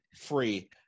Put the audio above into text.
free